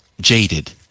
jaded